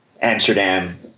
Amsterdam